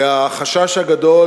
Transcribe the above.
זה החשש הגדול,